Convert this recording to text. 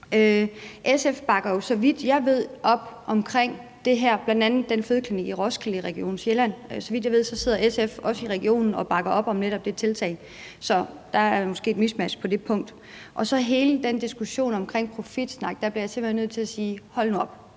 SF bakker jo, så vidt jeg ved, op omkring det her, bl.a. den fødeklinik i Roskilde i Region Sjælland. Så vidt jeg ved, sidder SF sidder, også i regionsrådet og bakker op om netop det tiltag. Så der er måske et mismatch på det punkt. Så bliver jeg i forhold til hele den diskussion omkring profitsnak simpelt hen nødt til at sige: Hold nu op.